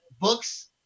books